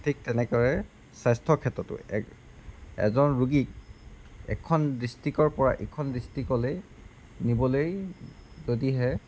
ঠিক তেনেকৈয়ে স্বাস্থ্যৰ ক্ষেত্ৰতো এক এজন ৰোগীক এখন ডিষ্ট্ৰিক্টৰ পৰা ইখন ডিষ্ট্ৰিক্টলৈ নিবলৈ যদিহে